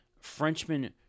Frenchman